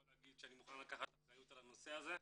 להגיד שאני מוכן לקחת אחריות על הנושא הזה,